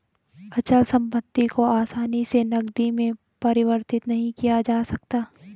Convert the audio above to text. अचल संपत्ति को आसानी से नगदी में परिवर्तित नहीं किया जा सकता है